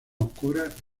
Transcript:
oscuras